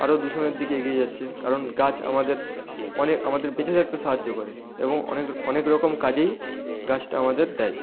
আরও দূষণের দিকে এগিয়ে যাচ্ছে কারণ গাছ আমাদের অনেক আমাদের বেঁচে থাকতে সাহায্য করে এবং অনেক অনেক রকম কাজেই গাছটা আমাদের দেয়